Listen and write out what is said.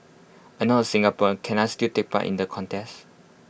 I am not A Singaporean can I still take part in the contest